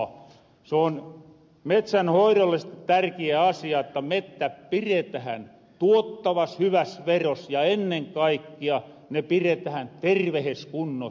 se on metsänhoidollisesti tärkiä asia että mettät piretähän tuottavas hyväs veros ja ennen kaikkia ne piretähän tervehes kunnos